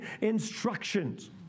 instructions